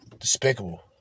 Despicable